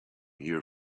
here